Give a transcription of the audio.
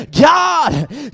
God